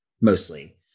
mostly